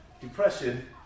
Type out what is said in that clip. Depression